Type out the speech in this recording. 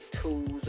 tools